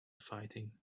fighting